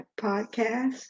podcast